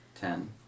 Ten